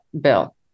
bill